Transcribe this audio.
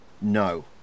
No